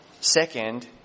Second